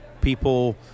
People